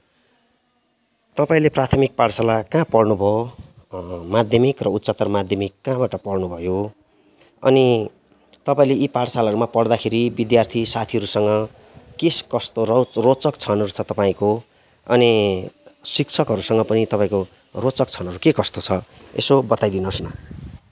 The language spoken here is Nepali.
तपाईँले प्राथमिक पाठशाला कहाँ पढ्नुभयो माध्यमिक र उच्चतर माध्यमिक कहाँबाट पढ्नुभयो अनि तपाईँले यी पाठशालाहरूमा पढ्दाखेरि विद्यार्थी साथीहरूसँग के कस्तो रोच रोचक क्षणहरू छन् तपाईँको अनि शिक्षकहरूसँग पनि तपाईँको रोचक क्षणहरू के कस्तो छ यसो बताइदिनु होस् न